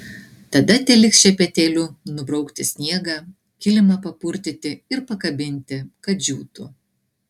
tada teliks šepetėliu nubraukti sniegą kilimą papurtyti ir pakabinti kad džiūtų